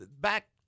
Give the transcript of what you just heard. back